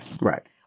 Right